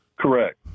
Correct